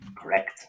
Correct